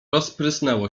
rozprysnęło